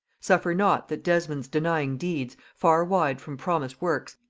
suffer not that desmond's denying deeds, far wide from promised works,